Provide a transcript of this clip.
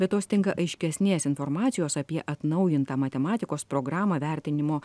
be to stinga aiškesnės informacijos apie atnaujintą matematikos programą vertinimo